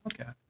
Okay